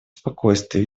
спокойствие